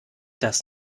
das